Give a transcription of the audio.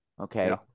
okay